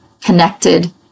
connected